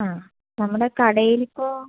ആ നമ്മുടെ കടയിൽ ഇപ്പോൾ